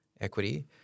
equity